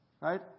Right